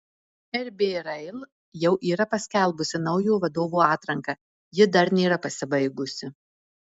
rb rail jau yra paskelbusi naujo vadovo atranką ji dar nėra pasibaigusi